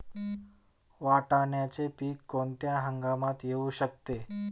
वाटाण्याचे पीक कोणत्या हंगामात येऊ शकते?